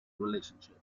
relationship